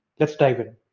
let's dive in.